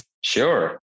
Sure